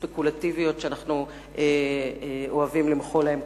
לעסקאות ספקולטיביות שבסופו של יום מעשירות את העשירים בלבד,